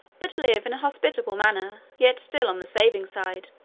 but live in a hospitable manner, yet still on the saving side.